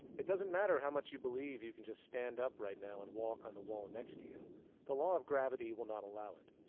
it doesn't matter how much you believe you can just stand up right now and walk on the wall next to you the law of gravity will not allow it.